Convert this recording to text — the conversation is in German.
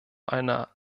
einer